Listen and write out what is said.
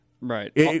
right